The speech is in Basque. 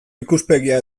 ikuspegia